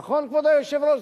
נכון, כבוד היושב-ראש?